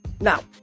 Now